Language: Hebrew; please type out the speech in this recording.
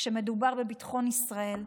כשמדובר בביטחון ישראל,